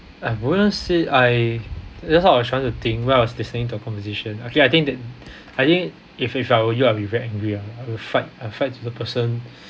I wouldn't say I that's how I was trying to think while I was listening to a conversation I think I think that I think if if I were you I'll be very angry lah I will fight I fight to the person